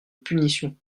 punition